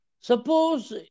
suppose